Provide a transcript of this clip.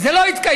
וזה לא התקיים.